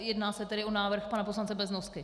Jedná se tedy o návrh pana poslance Beznosky?